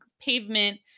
pavement